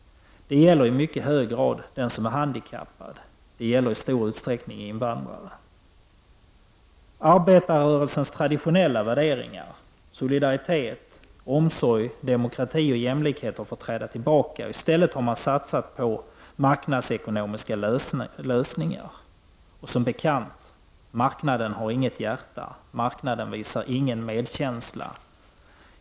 Det gäller i mycket hög grad den som är handikappad. Det gäller i stor utsträckning invandrare. Arbetarrörelsens traditionella värderingar — solidaritet, omsorg, demokrati och jämlikhet — har fått träda tillbaka. I stället har man satsat på marknadsekonomiska lösningar, och som bekant har marknaden inget hjärta. Marknaden visar ingen medkänsla.